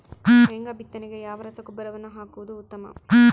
ಶೇಂಗಾ ಬಿತ್ತನೆಗೆ ಯಾವ ರಸಗೊಬ್ಬರವನ್ನು ಹಾಕುವುದು ಉತ್ತಮ?